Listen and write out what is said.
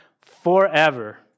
forever